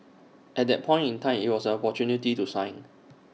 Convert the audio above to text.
at that point in time IT was an opportunity to shine